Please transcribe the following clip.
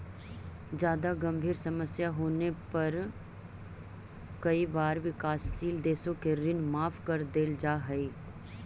जादा गंभीर समस्या होने पर कई बार विकासशील देशों के ऋण माफ कर देल जा हई